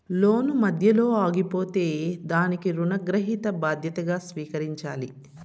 లోను మధ్యలో ఆగిపోతే దానికి రుణగ్రహీత బాధ్యతగా స్వీకరించాలి